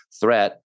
threat